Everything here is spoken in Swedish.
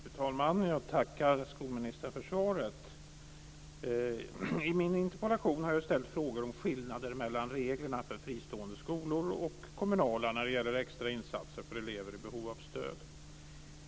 Fru talman! Jag tackar skolministern för svaret. I min interpellation har jag ställt frågor om skillnader mellan reglerna för fristående skolor och kommunala när det gäller extra insatser för elever i behov av stöd.